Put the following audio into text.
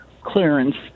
clearance